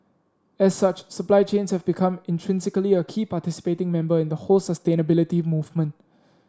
as such supply chains have become intrinsically a key participating member in the whole sustainability movement